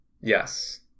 yes